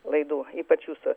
laidų ypač jūsų